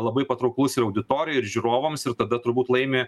labai patrauklus ir auditorijai ir žiūrovams ir tada turbūt laimi